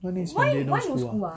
why next monday no school ah